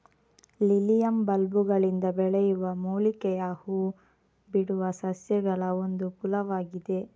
lilium ಬಲ್ಬುಗಳಿಂದ ಬೆಳೆಯುವ ಮೂಲಿಕೆಯ ಹೂ ಬಿಡುವ ಸಸ್ಯಗಳಒಂದು ಕುಲವಾಗಿದೆ